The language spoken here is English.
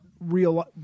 Real